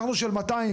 אנחנו של 200,